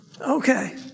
Okay